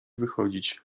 wychodzić